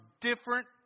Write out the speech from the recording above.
different